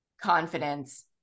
confidence